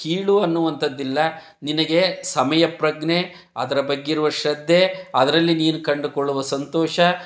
ಕೀಳು ಅನ್ನುವಂಥದ್ದಿಲ್ಲ ನಿನಗೆ ಸಮಯ ಪ್ರಜ್ಞೆ ಅದರ ಬಗ್ಗೆ ಇರುವ ಶ್ರದ್ಧೆ ಅದರಲ್ಲಿ ನೀನು ಕಂಡುಕೊಳ್ಳುವ ಸಂತೋಷ